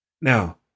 Now